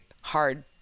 hard